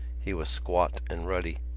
he was squat and ruddy.